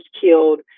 killed